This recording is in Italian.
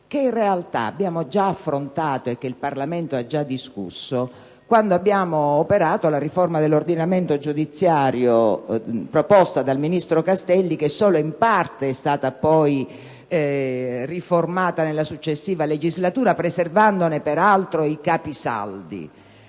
che in realtà abbiamo già affrontato e che il Parlamento ha già discusso quando abbiamo operato la riforma dell'ordinamento giudiziario proposta dal ministro Castelli, che solo in parte è stata poi modificata nella successiva legislatura, preservandone peraltro i capisaldi.